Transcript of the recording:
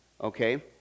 okay